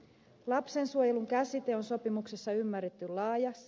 lapsensuojelun käsite on sopimuksessa ymmärretty laajasti